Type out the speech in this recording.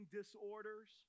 disorders